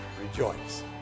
Rejoice